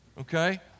okay